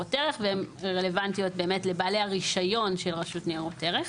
ניירות ערך והן רלוונטיות באמת לבעלי הרישיון של רשות ניירות ערך.